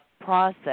process